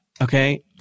okay